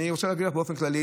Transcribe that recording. אני רוצה להגיד לך באופן כללי.